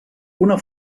una